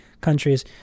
countries